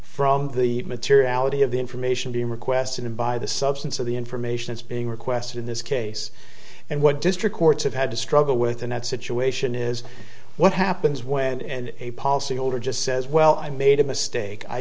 from the materiality of the information being requested in by the substance of the information it's being requested in this case and what district courts have had to struggle with in that situation is what happens when and a policyholder just says well i made a mistake i